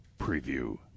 preview